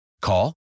Call